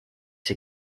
see